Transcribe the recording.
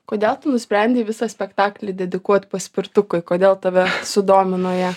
kodėl tu nusprendei visą spektaklį dedikuot paspirtukui kodėl tave sudomino jie